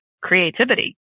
creativity